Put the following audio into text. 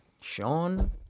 Sean